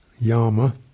Yama